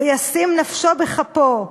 "וישים נפשו בכפו,